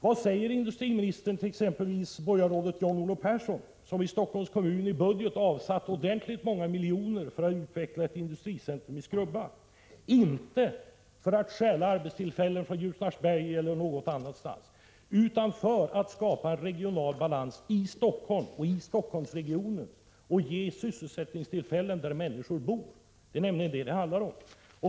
Vad säger industriministern till exempelvis borgarrådet John-Olle Pers Ne £ son, som i Stockholms kommun i budget avsatt ett ordentligt antal miljoner för utveckling av ett industricentrum i Skrubba — inte för att stjäla arbetstillfällen från Ljusnarsberg eller från någon annan ort utan för att skapa regional balans i Stockholm och i Stockholmsregionen och ge sysselsättningstillfällen där människor bor. Det är nämligen det som det handlar om.